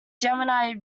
gemini